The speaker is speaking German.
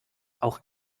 auch